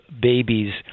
babies